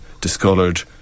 discoloured